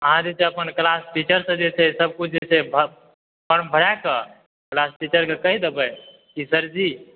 अहाँ जे छै अपन क्लास टीचरसँ जे छै से सभकुछ जे छै फ़ॉर्म भराए कऽ क्लास टीचरके कहि देबै की सर जी